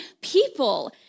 people